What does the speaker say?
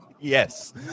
Yes